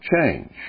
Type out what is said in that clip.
change